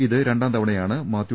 ഇത് രണ്ടാം തവണയാണ് മാത്യു